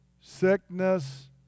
sickness